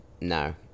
no